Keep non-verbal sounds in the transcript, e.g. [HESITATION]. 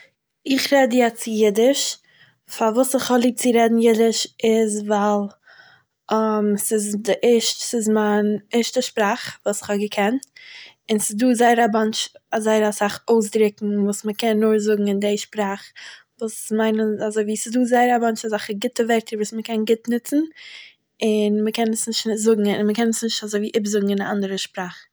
איך רעד יעצט יידיש, פארוואס איך האב ליב צו רעדן יידיש איז ווייל [HESITATION] ס'איז די ערשט- ס'איז מיין ערשטע שפראך וואס כ'האב געקענט, און ס'איז דא זייער א באנטש, זייער אסאך אויסדריקן וואס מ'קען נאר זאגן אין די שפראך וואס מיינען אזויווי ס'איז דא זייער א באנטש גוטע ווערטער וואס מ'קען גוט ניצן, און מ'קען עס נישט ניצ- זאגן, מ'קען עס נישט אזויווי איבערזאגן אין א אנדערע שפראך